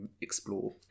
explore